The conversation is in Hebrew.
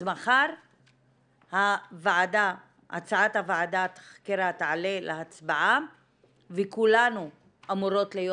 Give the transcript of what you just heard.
אז מחר הצעת ועדת החקירה תעלה להצבעה וכולנו אמורות להיות